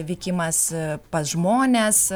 vykimas pas žmones